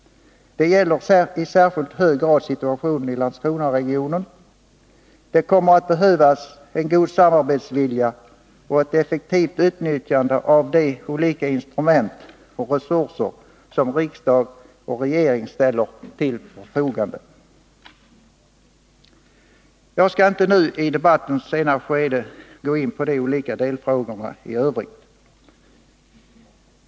Detta gäller i särskilt hög grad situationen i Landskronaregionen. Det kommer att behövas en god samarbetsvilja och ett effektivt utnyttjande av de olika instrument och resurser som riksdag och regering ställer till förfogande. Jag skall inte nu i debattens sena skede gå in på de olika delfrågorna i övrigt.